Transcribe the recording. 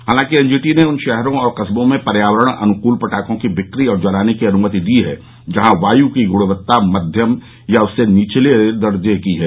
हालांकि एनजीटी ने उन शहरों और कस्बों में पर्यावरण अनुकूल पटाखों की बिक्री और जलाने की अनुमति दी है जहां वायु की गुणवत्ता मध्यम या उससे नीचे दर्ज की जा रही है